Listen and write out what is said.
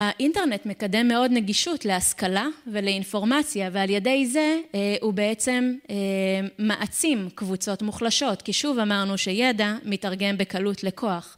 האינטרנט מקדם מאוד נגישות להשכלה ולאינפורמציה ועל ידי זה הוא בעצם מעצים קבוצות מוחלשות כי שוב אמרנו שידע מתרגם בקלות לכוח